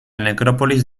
necrópolis